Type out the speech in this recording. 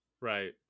Right